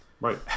Right